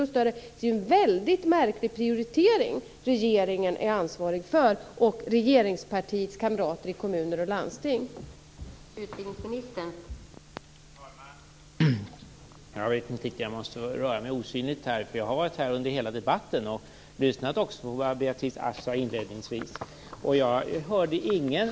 Det är ju en väldigt märklig prioritering som regeringen och regeringens partikamrater i kommuner och landsting är ansvariga för.